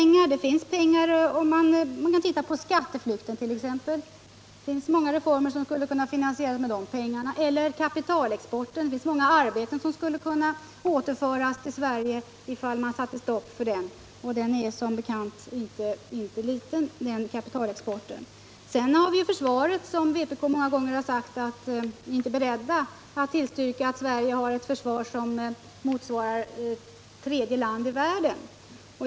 Då finns det pengar. Många reformer skulle kunna finansieras, om vi kunde slippa skatteflykten och kapitalexporten. Många arbeten skulle kunna återföras till Sverige, ifall man satte stopp för kapitalexporten, vilken som bekant inte är liten. Vidare har vi kostnaderna för försvaret; vi har i vpk många gånger sagt att vi inte är beredda att tillstyrka ett försvar som i storleksordning gör Sverige till det tredje landet i världen.